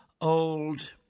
old